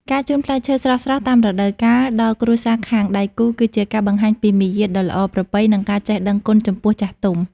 ការជូនផ្លែឈើស្រស់ៗតាមរដូវកាលដល់គ្រួសារខាងដៃគូ គឺជាការបង្ហាញពីមារយាទដ៏ល្អប្រពៃ និងការចេះដឹងគុណចំពោះចាស់ទុំ។